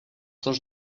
dos